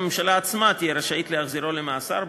הממשלה עצמה תהיה רשאית להחזירו למאסר,